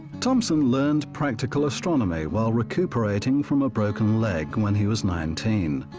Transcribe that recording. thompson learned practical astronomy while recuperating from a broken leg when he was nineteen.